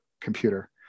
Computer